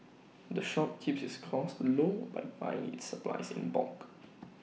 the shop keeps its costs low by buying its supplies in bulk